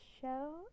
show